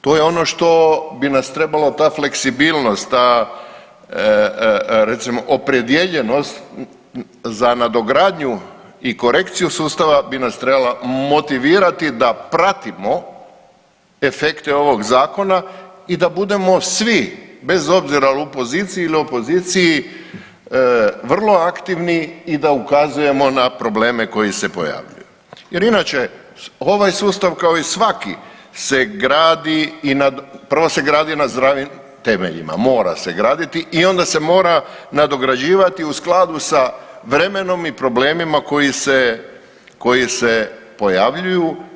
To je ono što bi nas trebalo ta fleksibilnost, ta recimo opredijeljenost za nadogradnju i korekciju sustava bi nas trebala motivirati da pratimo efekte ovog zakona i da budemo svi bez obzira je li u poziciji ili opoziciji vrlo aktivni i da ukazujemo na probleme koji se pojavljuju jer inače ovaj sustav kao i svaki se gradi, prvo se gradi na zdravim temeljima, mora se graditi i onda se mora nadograđivati u skladu sa vremenom i problemima koji se, koji se pojavljuju.